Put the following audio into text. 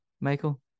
Michael